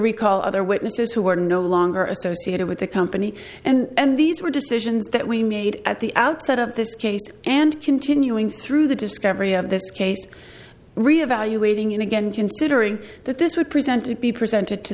recall other witnesses who were no longer associated with the company and these were decisions that we made at the outset of this case and continuing through the discovery of this case reevaluating it again considering that this would present to be presented to